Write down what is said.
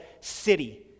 city